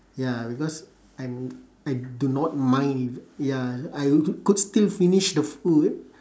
ya because I'm I do not mind eve~ ya I w~ could still finish the food